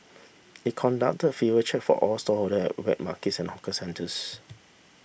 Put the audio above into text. it conducted fever check for all stallholder at wet markets and hawker centres